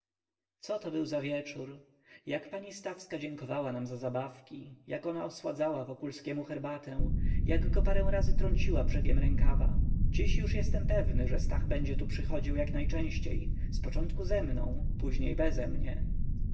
coto był za wieczór jak pani stawska dziękowała nam za zabawki jak ona osładzała wokulskiemu herbatę jak go parę razy trąciła brzegiem rękawa dziś już jestem pewny że stach będzie tu przychodził jak najczęściej zpoczątku ze mną później